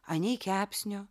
anei kepsnio